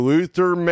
Luther